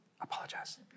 apologize